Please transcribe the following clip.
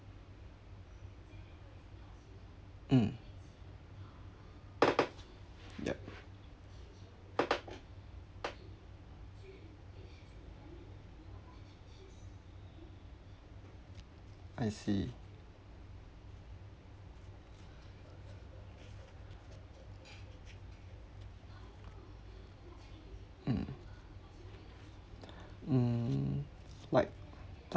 mm yup I see mm mm like